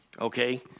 Okay